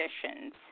conditions